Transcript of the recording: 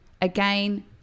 again